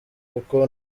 kuko